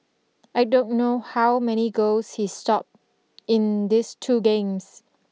I don't know how many goals he stopped in this two games